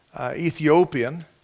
Ethiopian